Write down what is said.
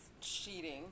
Cheating